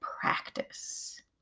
practice